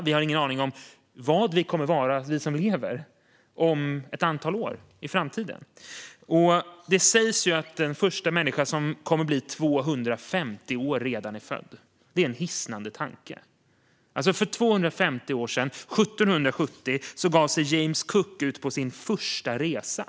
Vi har ingen aning om vad vi kommer att vara, vi som lever, om ett antal år - i framtiden. Det sägs att den första människa som kommer att bli 250 år redan är född. Det är en hisnande tanke. För 250 år sedan, 1770, gav sig James Cook ut på sin första resa.